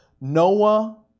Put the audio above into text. Noah